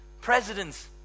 presidents